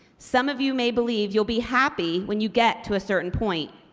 some of you may believe you'll be happy when you get to a certain point,